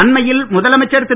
அண்மையில் முதலமைச்சர் திரு